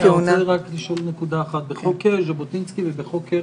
בחוק ז'בוטינסקי ובחוק הרצל,